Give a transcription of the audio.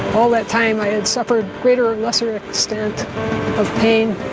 all that time i had suffered greater lesser extent of pain,